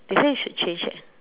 they say you should change eh